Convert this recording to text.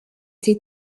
été